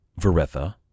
Veretha